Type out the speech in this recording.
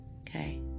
okay